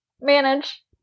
manage